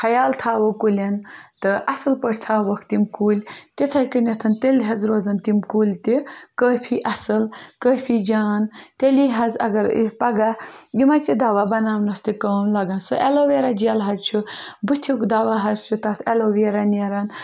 خیال تھاوو کُلٮ۪ن تہٕ اَصٕل پٲٹھۍ تھاووکھ تِم کُلۍ تِتھَے کٔنٮ۪تھَن تیٚلہِ حظ روزان تِم کُلۍ تہِ کٲفی اَصٕل کٲفی جان تیٚلی حظ اگر پَگاہ یِمَے چھِ دَوا بَناونَس تہِ کٲم لَگان سُہ اٮ۪لوویرا جَل حظ چھُ بٕتھِ دَوا حظ چھُ تَتھ اٮ۪لوویرا نیران